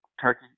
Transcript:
turkey